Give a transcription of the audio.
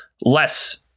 less